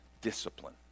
Discipline